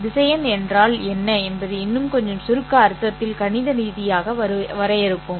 திசையன் என்றால் என்ன என்பதை இன்னும் கொஞ்சம் சுருக்க அர்த்தத்தில் கணித ரீதியாக வரையறுப்போம்